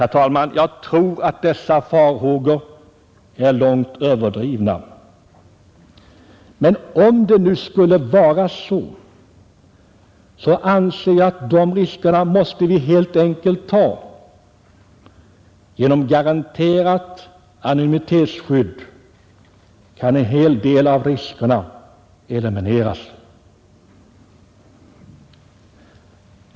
Jag tror att dessa farhågor är mycket överdrivna. Men om det nu skulle vara så, anser jag att de riskerna måste vi helt enkelt ta. Genom garanterat anonymitetsskydd kan en hel del av de riskerna elimineras.